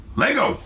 Lego